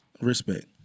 respect